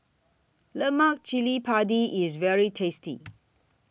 Lemak Cili Padi IS very tasty